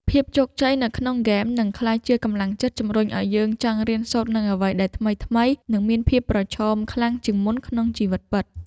ភាពជោគជ័យនៅក្នុងហ្គេមនឹងក្លាយជាកម្លាំងចិត្តជម្រុញឱ្យយើងចង់រៀនសូត្រនូវអ្វីដែលថ្មីៗនិងមានភាពប្រឈមខ្លាំងជាងមុនក្នុងជីវិតពិត។